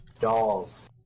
dolls